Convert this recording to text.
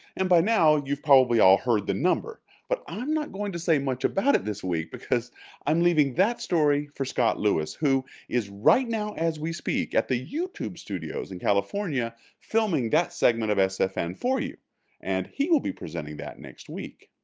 and by now you've all heard the number but i'm not going to say much about it this week because i'm leaving that story for scott lewis, who is right now as we speak at the youtube studios and kind of yeah filming that segment of sfn for you and he will be presenting that next week.